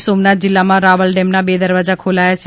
ગીર સોમનાથ જિલ્લામાં રાવલ ડેમના બે દરવાજા ખોલયા છે